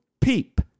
peep